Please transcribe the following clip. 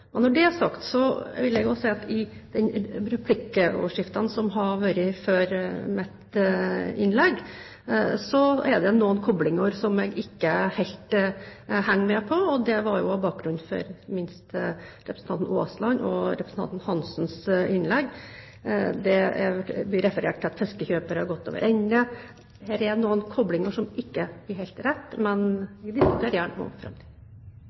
Når det er sagt, vil jeg også si at i replikkordskiftene før mitt innlegg var det noen koblinger som jeg ikke helt henger med på – det var jo også bakgrunnen for ikke minst representanten Aaslands og representanten Lillian Hansens innlegg. Det blir referert til at fiskekjøpere har gått over ende. Her er det noen koblinger som ikke er helt riktige, men vi diskuterer det gjerne